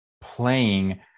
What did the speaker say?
playing